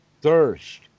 Thirst